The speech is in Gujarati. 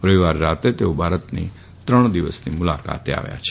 રવિવારે રાત્રે તેઓ ભારતની ત્રણ દિવસની મુલાકાતે આવ્યા છે